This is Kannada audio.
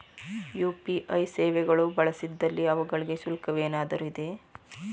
ಯು.ಪಿ.ಐ ಸೇವೆಗಳು ಬಳಸಿದಲ್ಲಿ ಅವುಗಳಿಗೆ ಶುಲ್ಕವೇನಾದರೂ ಇದೆಯೇ?